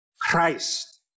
Christ